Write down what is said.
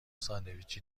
ساندویچی